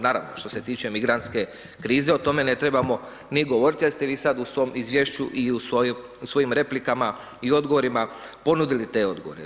Naravno, što se tiče migrantske krize o tome ne trebamo ni govoriti jer ste vi sada u svom izvješću i u svojim replikama i odgovorima ponudili te odgovore.